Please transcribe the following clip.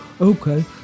Okay